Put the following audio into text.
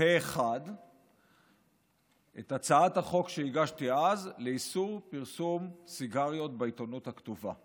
פה אחד את הצעת החוק שהגשתי אז לאיסור פרסום סיגריות בעיתונות הכתובה.